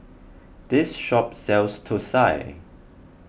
this shop sells Thosai